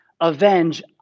avenge